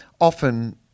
often